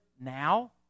now